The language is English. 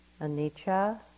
anicca